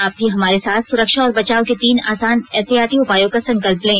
आप भी हमारे साथ सुरक्षा और बचाव के तीन आसान एहतियाती उपायों का संकल्प लें